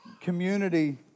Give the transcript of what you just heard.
community